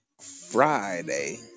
Friday